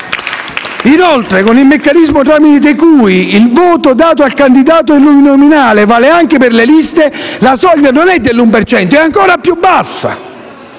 Inoltre, con il meccanismo tramite cui il voto dato al candidato uninominale vale anche per le liste, la soglia non è dell'uno per cento ma ancora più bassa.